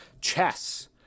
Chess